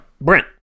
Brent